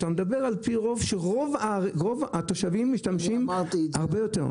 רוב התושבים משתמשים הרבה יותר.